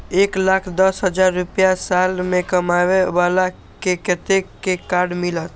एक लाख दस हजार रुपया साल में कमाबै बाला के कतेक के कार्ड मिलत?